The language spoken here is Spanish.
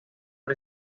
fue